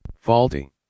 Faulty